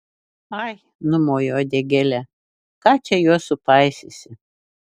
ai numoju uodegėle ką čia juos supaisysi